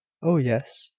oh, yes,